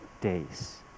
days